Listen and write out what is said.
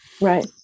Right